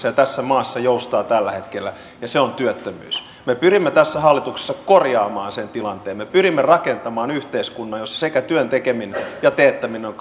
ja tässä maassa joustaa tällä hetkellä ja se on työttömyys me pyrimme tässä hallituksessa korjaamaan sen tilanteen me pyrimme rakentamaan yhteiskunnan jossa sekä työn tekeminen että teettäminen on